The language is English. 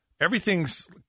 everything's